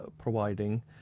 providing